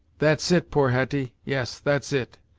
that's it, poor hetty yes, that's it.